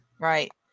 Right